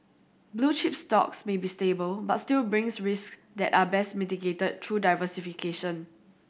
blue chip stocks may be stable but still brings risk that are best mitigated through diversification